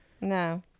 No